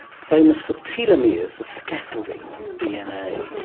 famous for telomeres, the scaffolding of dna.